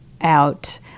out